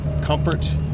comfort